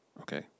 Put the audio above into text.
Okay